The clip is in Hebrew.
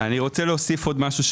אני רוצה להוסיף עוד משהו,